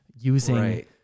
using